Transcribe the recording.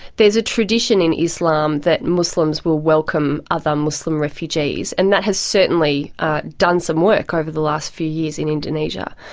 there is a tradition in islam that muslims will welcome other muslim refugees, and that has certainly done some work over the last few years in indonesia.